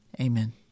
amen